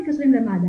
מתקשרים למד"א.